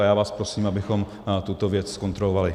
A já vás prosím, abychom tuto věc zkontrolovali.